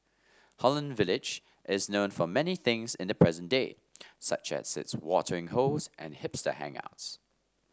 Holland Village is known for many things in the present day such as its watering holes and hipster hangouts